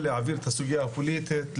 הרחוק.